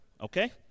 okay